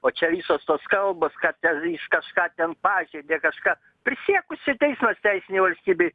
o čia visos tos kalbos kad ten jis kažką ten pažeidė kažką prisiekusiųjų teismas teisinėj valstybėj